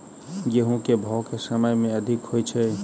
गेंहूँ केँ भाउ केँ समय मे अधिक होइ छै?